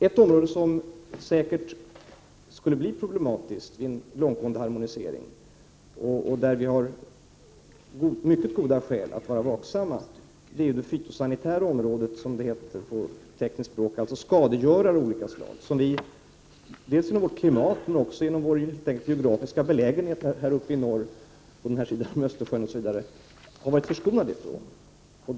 Ett område som säkert skulle bli problematiskt vid en långtgående harmonisering och där vi har mycket goda skäl att vara vaksamma är det fytosanitära området, som det heter på tekniskt språk, dvs. skadegörare av olika slag, som vi genom vårt klimat och genom vår belägenhet här uppe i norr på den här sidan av Östersjön har varit förskonade ifrån.